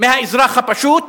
מהאזרח הפשוט